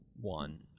one